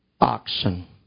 oxen